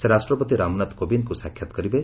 ସେ ରାଷ୍ଟ୍ରପତି ରାମନାଥ କୋବିନ୍ଦ୍ଙ୍କୁ ସାକ୍ଷାତ୍ କରିବେ